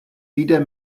wieder